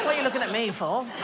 look and at me for